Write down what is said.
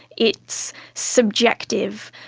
it's subjective.